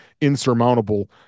insurmountable